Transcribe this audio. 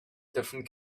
different